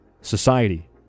society